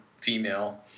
female